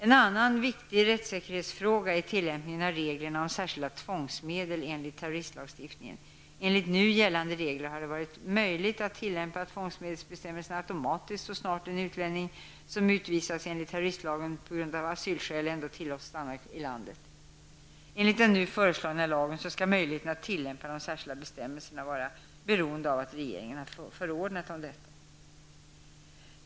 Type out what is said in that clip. En annan viktig rättssäkerhetsfråga gäller tillämpningen av reglerna om särskilda tvångsmedel enligt terroristlagstiftningen. Enligt nu gällande regler har man kunnat tillämpa tvångsmedelsbestämmelserna automatiskt så snart en utlänning som har utvisats enligt terroristlagen på grund av asylskäl ändå tillåtits stanna i landet. Enligt den nu föreslagna lagen skall möjligheten att tillämpa de särskilda bestämmelserna vara beroende av att regeringen har förordnat om detta.